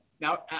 Now